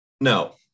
No